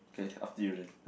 okay after you then